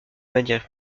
manière